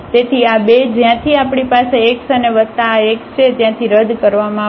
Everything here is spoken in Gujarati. તેથી આ 2 જ્યાંથી આપણી પાસે x અને વત્તા આ x છે ત્યાંથી રદ કરવામાં આવશે